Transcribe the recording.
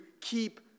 keep